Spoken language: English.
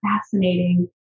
fascinating